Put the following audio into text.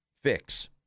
fix